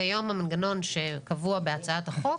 כיום המנגנון שקבוע בהצעת החוק,